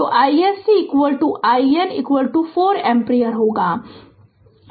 तो iSC IN 4 ampere